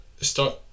start